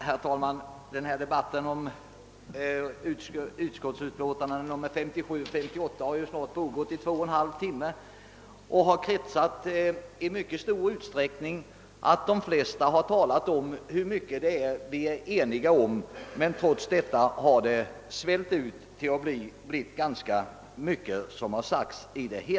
Herr talman! Den här debatten om statsutskottets utlåtanden nr 57 och nr 38 har nu snart pågått i två och en halv timme. De flesta har talat om hur mycket vi är eniga om, men trots detta har debatten alltså blivit omfattande.